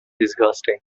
disgusting